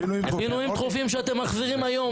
פינויים דחופים שאתם מחזירים היום.